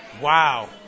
Wow